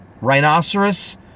rhinoceros